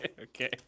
Okay